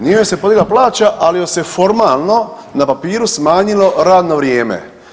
Nije joj se podigla plaća ali joj se formalno na papiru smanjilo radno vrijeme.